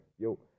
yo